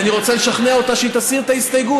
כי אני רוצה לשכנע אותה שהיא תסיר את ההסתייגות.